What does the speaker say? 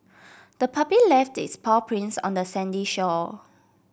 the puppy left its paw prints on the sandy shore